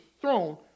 throne